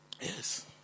Yes